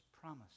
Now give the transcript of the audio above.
promise